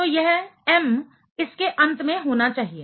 तो यह m इसके अंत में होना चाहिए